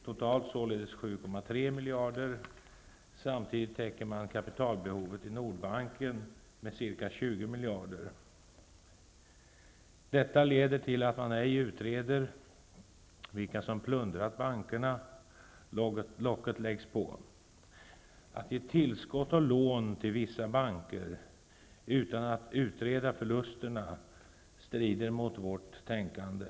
Det gäller således totalt 7,3 miljarder. Samtidigt täcker man kapitalbehovet i Nordbanken med ca 20 miljarder. Detta leder till att man ej utreder vilka som plundrat bankerna. Locket läggs på! Att ge tillskott och lån till vissa banker utan att utreda förlusterna strider mot vårt tänkande.